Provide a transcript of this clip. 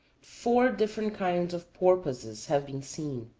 four different kinds of porpoises have been seen.